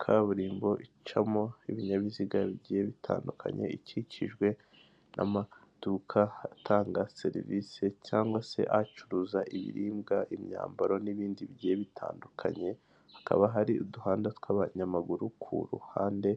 Kaburimbo icamo ibinyabiziga bigiye bitandukanye ikikijwe n'amaduka atanga serivisi cyangwag se acuruza ibiribwa, imyambaro n'ibindi bigiye bitandukanye, hakaba hari uduhanda tw'abanyamaguru ku ruhande,